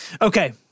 okay